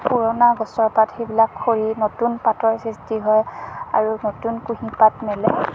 পুৰণা গছৰ পাত সেইবিলাক সৰি নতুন পাতৰ সৃষ্টি হয় আৰু নতুন কুঁহিপাত মেলে